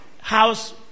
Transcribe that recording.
house